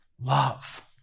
Love